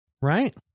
right